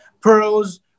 pearls